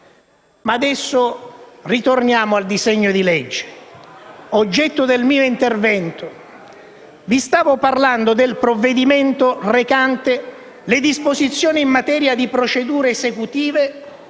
Ma adesso ritorniamo al disegno di legge, oggetto del mio intervento. Vi stavo parlando del provvedimento recante «Disposizioni urgenti in materia di procedure esecutive